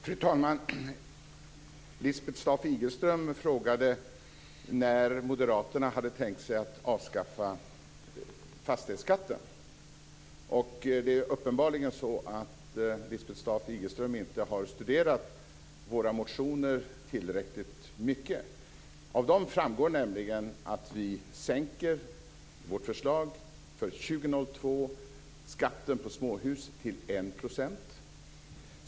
Fru talman! Lisbeth Staaf-Igelström frågade när Moderaterna hade tänkt avskaffa fastighetsskatten. Lisbeth Staaf-Igelström har uppenbarligen inte studerat våra motioner tillräckligt mycket. Av dem framgår nämligen att vi i vårt förslag för 2002 sänker skatten på småhus till 1 %.